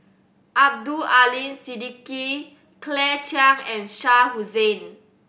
Abdul Aleem Siddique Claire Chiang and Shah Hussain